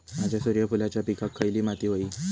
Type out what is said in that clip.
माझ्या सूर्यफुलाच्या पिकाक खयली माती व्हयी?